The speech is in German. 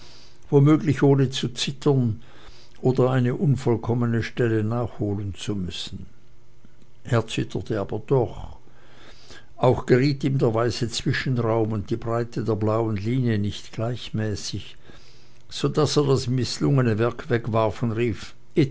womöglich ohne zu zittern oder eine unvollkommene stelle nachholen zu müssen er zitterte aber doch auch geriet ihm der weiße zwischenraum und die breite der blauen linie nicht gleichmäßig so daß er das mißslungene werk wegwarf und rief